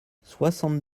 soixante